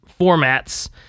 formats